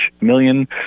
million